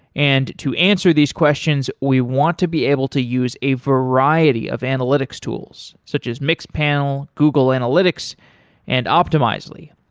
and to answer these questions, we want to be able to use a variety of analytics tools such as mixpanel, google analytics and optimizely.